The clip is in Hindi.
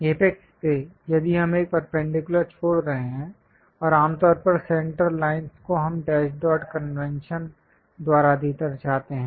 अपेक्स से यदि हम एक परपेंडिकुलर छोड़ रहे हैं और आमतौर पर सेंटर लाइंस को हम डैश डॉट कन्वेंशन द्वारा दर्शाते हैं